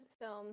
film